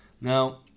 now